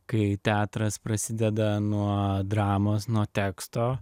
kai teatras prasideda nuo dramos nuo teksto